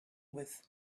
with